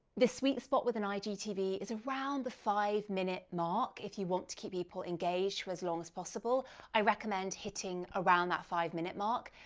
the sweet spot with an igtv is around the five minute mark. if you want to keep people engaged for as long as possible i recommend hitting around that five minute mark.